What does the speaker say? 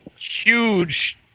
huge